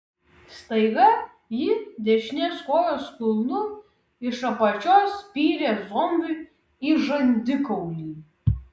staiga ji dešinės kojos kulnu iš apačios spyrė zombiui į žandikaulį